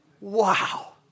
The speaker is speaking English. Wow